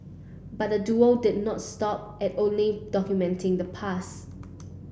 but the duo did not stop at only documenting the pass